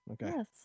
Yes